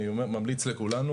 אני ממליץ לכולנו